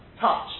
touch